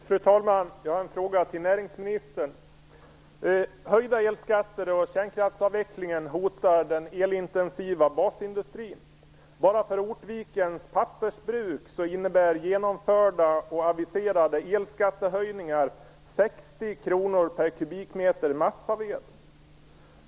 Fru talman! Jag har en fråga till näringsministern. Höjda elskatter och kärnkraftsavvecklingen hotar den elintensiva basindustrin. Enbart för Ortvikens Pappersbruk innebär genomförda och aviserade elskattehöjningar ökade kostnader med 60 kr per kubikmeter massaved.